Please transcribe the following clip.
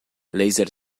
laser